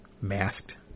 masked